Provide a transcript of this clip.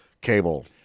cable